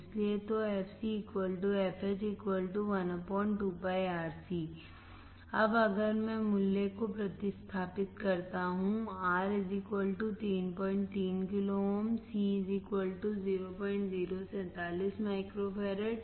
इसलिएतो fcfh12πRC अब अगर मैं मूल्य को प्रतिस्थापित करता हूं R 33 kilo ohm C 0047 microfarad